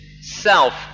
self